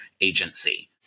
agency